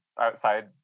outside